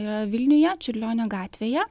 yra vilniuje čiurlionio gatvėje